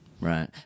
Right